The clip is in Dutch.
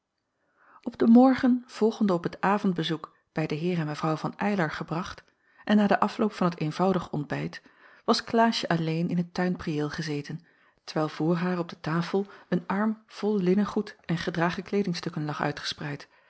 op den morgen volgende op het avondbezoek bij den heer en mevrouw van eylar gebracht en na den afloop van het eenvoudig ontbijt was klaasje alleen in het tuinpriëel gezeten terwijl voor haar op de tafel een arm vol linnengoed en gedragen kleedingstukken lag uitgespreid